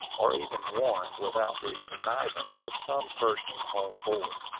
or even one, without the connivance of some person on board.